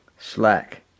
Slack